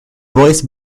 boys